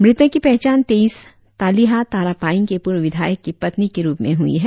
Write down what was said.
मृतक की पहचान तेइस तालिहा तारा पायिंग के पूर्व विधायक की पत्नी के रुप में हुई है